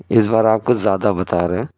اس بار آپ کچھ زیادہ بتا رہے ہیں